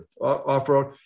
Off-road